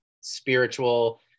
spiritual